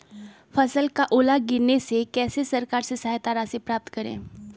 फसल का ओला गिरने से कैसे सरकार से सहायता राशि प्राप्त करें?